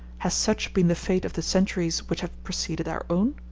has such been the fate of the centuries which have preceded our own?